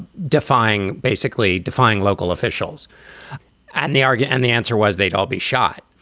defying, basically defying local officials and they argue. and the answer was they'd all be shot.